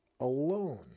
alone